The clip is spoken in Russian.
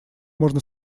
можно